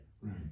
Right